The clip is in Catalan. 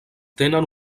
tenen